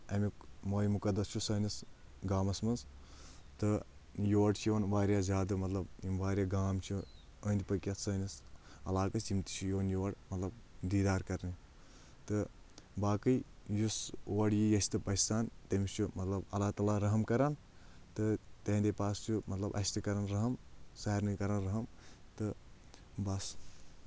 اَمیُک مویہِ مُقدس چھُ سٲنِس گامس منٛز تہٕ یور چھِ یِوان واریاہ زیادٕ مطلب یِم واریاہ گام چھِ أنٛدۍ پٔکۍ یتھ سٲنِس علاق یِم تہِ چھِ یِوان یور مطلب دیٖدار کرنہِ تہٕ باقٕے یُس اورٕ یژھِ تہٕ پَژھِ سان مطلب اللہ تعالیٰ رحم کران تہٕ تِہنٛدے پاسہٕ چھُ مطلب اسہِ تہِ کران رحم سارنٕے کران رحم تہٕ بَس